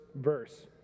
verse